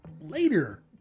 later